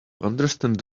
understand